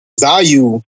value